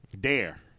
Dare